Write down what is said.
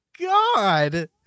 god